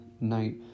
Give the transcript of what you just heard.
night